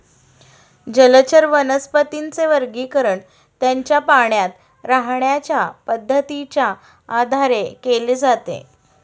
जलचर वनस्पतींचे वर्गीकरण त्यांच्या पाण्यात राहण्याच्या पद्धतीच्या आधारे केले जाते